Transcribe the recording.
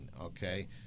okay